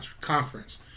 Conference